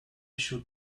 should